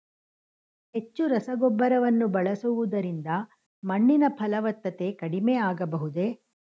ಹೆಚ್ಚು ರಸಗೊಬ್ಬರವನ್ನು ಬಳಸುವುದರಿಂದ ಮಣ್ಣಿನ ಫಲವತ್ತತೆ ಕಡಿಮೆ ಆಗಬಹುದೇ?